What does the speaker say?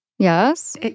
Yes